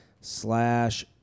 slash